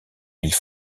mille